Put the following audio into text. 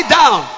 down